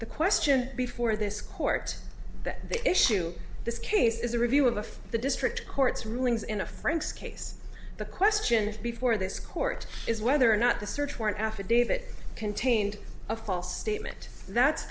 the question before this court that the issue this case is a review of the for the district court's rulings in a friend's case the question before this court is whether or not the search warrant affidavit contained a false statement that's